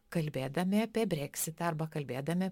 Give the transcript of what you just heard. kalbėdami apie breksitą arba kalbėdami